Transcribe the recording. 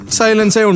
silence